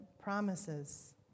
promises